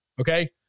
okay